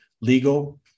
legal